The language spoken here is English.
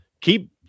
keep